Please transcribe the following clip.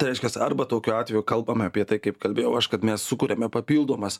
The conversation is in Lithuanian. reiškias arba tokiu atveju kalbame apie tai kaip kalbėjau aš kad mes sukuriame papildomas